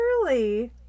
early